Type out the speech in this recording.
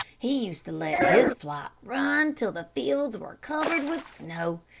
he used to let his flock run till the fields were covered with snow,